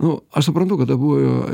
nu aš suprantu kada buvo